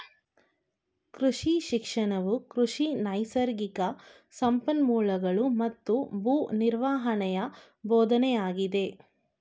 ಕೃಷಿ ಶಿಕ್ಷಣವು ಕೃಷಿ ನೈಸರ್ಗಿಕ ಸಂಪನ್ಮೂಲಗಳೂ ಮತ್ತು ಭೂ ನಿರ್ವಹಣೆಯ ಬೋಧನೆಯಾಗಿದೆ